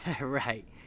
Right